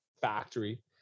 factory